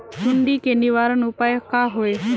सुंडी के निवारण उपाय का होए?